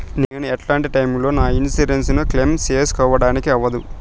నేను ఎట్లాంటి టైములో నా ఇన్సూరెన్సు ను క్లెయిమ్ సేసుకోవడానికి అవ్వదు?